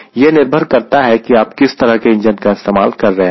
यह निर्भर करता है कि आप किस तरह के इंजन का इस्तेमाल कर रहे हैं